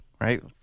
right